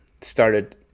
started